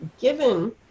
given